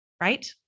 right